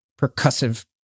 percussive